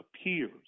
appears